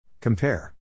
Compare